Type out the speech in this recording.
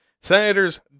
senators